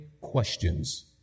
questions